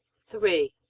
three.